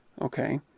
okay